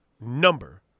Number